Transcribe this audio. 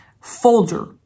folder